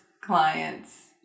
clients